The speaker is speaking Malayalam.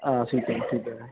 ആ സീറ്റിങ് സീറ്റർ